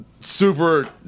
super